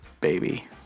baby